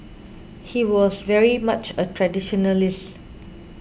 he was very much a traditionalist